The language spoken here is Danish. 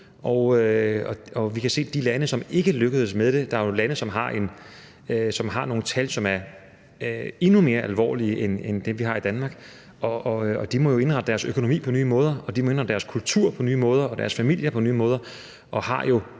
vi kan se, at de lande, som ikke lykkes med det – der er jo lande, som har nogle tal, som er endnu mere alvorlige end dem, vi har i Danmark – jo må indrette deres økonomi på nye måder og må indrette deres kultur på nye måder og deres familier på nye måder;